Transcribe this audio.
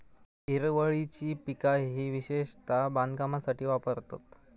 हिरवळीची पिका ही विशेषता बांधकामासाठी वापरतत